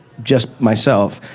just myself,